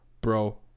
Bro